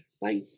bye